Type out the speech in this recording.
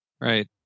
Right